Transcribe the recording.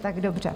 Tak dobře.